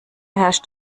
herrscht